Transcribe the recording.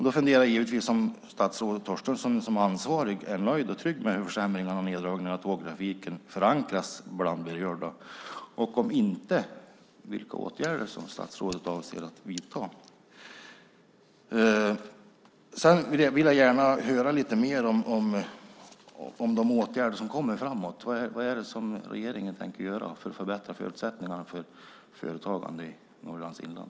Då funderar jag naturligtvis på om statsrådet Torstensson som ansvarig är nöjd och trygg med hur försämringarna och neddragningarna av tågtrafiken förankras hos berörda och, om inte, vilka åtgärder statsrådet avser att vidta. Jag vill gärna höra mer om de åtgärder som kommer framöver. Vad tänker regeringen göra för att förbättra förutsättningarna för företagande i Norrlands inland?